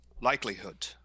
likelihood